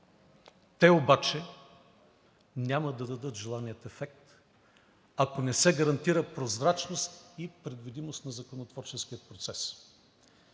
Те обаче няма да дадат желания ефект, ако не се гарантира прозрачност и предвидимост на законотворческия процес.